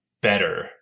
better